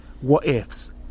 what-ifs